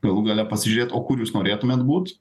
galų gale pasižiūrėt o kur jūs norėtumėt būt